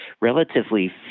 relatively